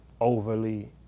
overly